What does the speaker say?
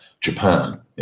Japan